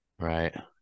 right